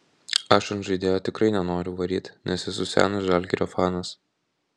aš ant žaidėjo tikrai nenoriu varyt nes esu senas žalgirio fanas